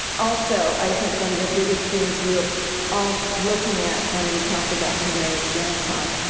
also, i think one of the biggest things we are all looking at, and we talked about today, is genocide.